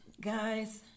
Guys